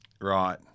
Right